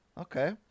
Okay